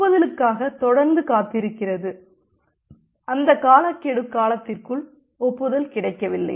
ஒப்புதலுக்காக தொடர்ந்து காத்திருக்கிறது அந்த காலக்கெடு காலத்திற்குள் ஒப்புதல் கிடைக்கவில்லை